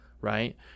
Right